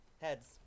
Heads